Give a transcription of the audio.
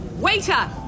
Waiter